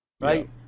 right